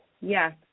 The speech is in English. Yes